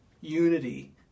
unity